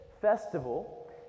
festival